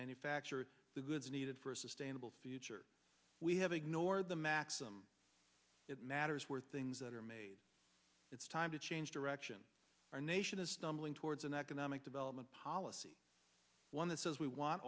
manufacture the goods needed for a sustainable future we have ignored the maxim that matters were things that are made it's time to change direction our nation is stumbling towards an economic development policy one that says we want